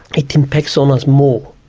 it impacts on us more.